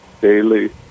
daily